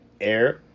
Air